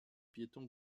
piéton